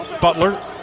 Butler